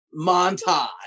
montage